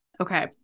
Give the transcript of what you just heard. okay